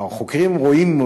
החוקרים רואים,